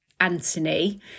Anthony